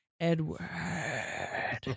Edward